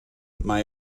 may